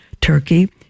Turkey